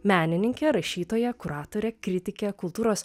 menininkę rašytoją kuratorę kritikę kultūros